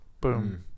boom